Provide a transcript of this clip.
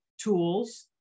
tools